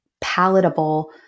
palatable